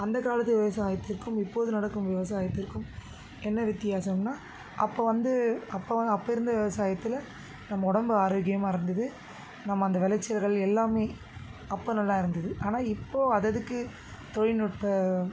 அந்தக் காலத்து விவசாயத்துக்கும் இப்போது நடக்கும் விவசாயத்திற்கும் என்ன வித்தியாசம்னால் அப்போ வந்து அப்போல்லாம் அப்போ இருந்த விவசாயத்தில் நம்ம உடம்பு ஆரோக்கியமாக இருந்துது நம்ம அந்த விளைச்சல்கள் எல்லாமே அப்போ நல்லா இருந்தது ஆனால் இப்போது அதுஅதுக்கு தொழில்நுட்ப